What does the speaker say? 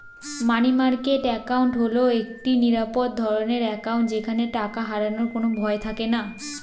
মানি market account হল একটি নিরাপদ ধরনের অ্যাকাউন্ট যেখানে টাকা হারানোর কোনো ভয় থাকেনা